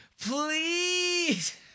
Please